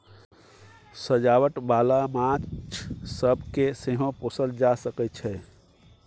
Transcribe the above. सजावट बाला माछ सब केँ सेहो पोसल जा सकइ छै